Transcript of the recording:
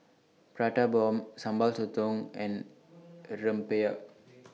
Prata Bomb Sambal Sotong and Rempeyek